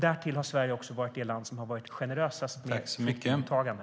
Därtill har Sverige varit det land som har varit mest generöst med flyktingmottagande.